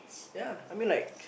ya I mean like